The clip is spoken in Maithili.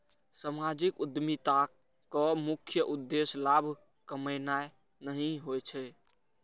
सामाजिक उद्यमिताक मुख्य उद्देश्य लाभ कमेनाय नहि होइ छै